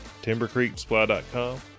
TimberCreeksupply.com